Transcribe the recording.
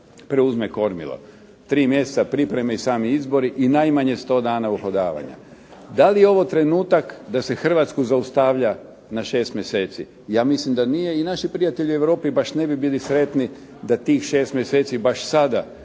preuzme kormilo. Tri mjeseca pripreme i sami izbori i najmanje 100 dana uhodavanja. Da li je ovo trenutak da se Hrvatsku zaustavlja na šest mjeseci? Ja mislim da nije i naši prijatelji u Europi baš ne bi bili sretni da tih šest mjeseci baš sada